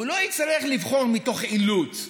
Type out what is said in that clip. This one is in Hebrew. הוא לא יצטרך לבחור מתוך אילוץ.